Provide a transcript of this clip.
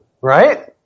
Right